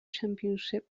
championship